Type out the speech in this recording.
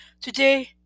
Today